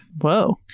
whoa